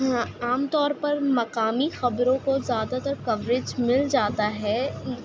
عام طور پر مقامی خبروں کو زیادہ تر کوریج مل جاتا ہے